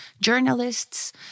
journalists